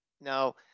Now